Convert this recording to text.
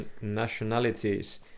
nationalities